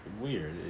weird